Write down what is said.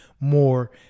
more